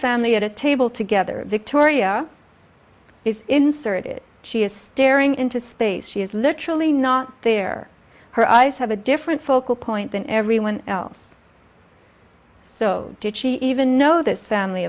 family at a table together victoria is inserted she is staring into space she is literally not there her eyes have a different focal point than everyone else so did she even know this family